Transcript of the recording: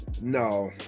no